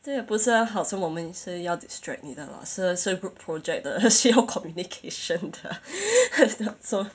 这也不是好像我们是要 distract 你的啦是是 group project 的需要 communication 的 so